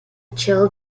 chill